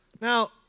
Now